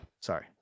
sorry